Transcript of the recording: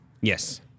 Yes